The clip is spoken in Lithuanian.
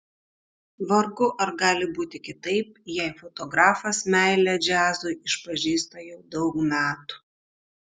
vargu ar gali būti kitaip jei fotografas meilę džiazui išpažįsta jau daug metų